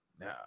no